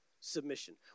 submission